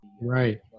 Right